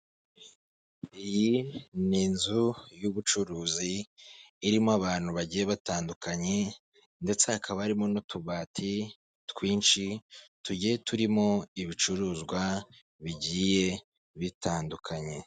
Iyi ni inzu y'ubucuruzi, irimo abantu bagiye batandukanye ndetse hakaba harimo n'utubati twinshi tugiye turimo ibicuruzwa bigiye bitandukanye.